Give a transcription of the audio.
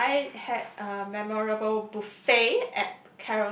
yes I had a memorable buffet at